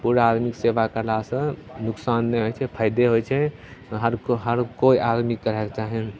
बूढ़ा आदमीके सेवा करलासे नोकसान नहि होइ छै फायदे होइ छै हर कोइ हर कोइ आदमीके करैके चाही